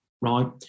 right